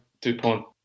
Dupont